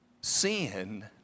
sin